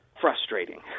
frustrating